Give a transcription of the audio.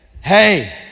hey